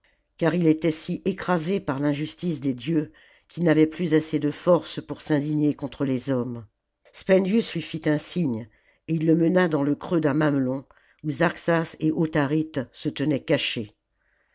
car il était si écrasé par l'injustice des dieux qu'il n'avait plus assez de force pour s'indigner contre les hommes spendius lui fit un signe et il le mena dans le creux d'un mamelon oii zarxas et autharite se tenaient cachés